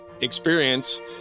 experience